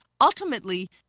Ultimately